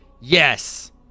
Yes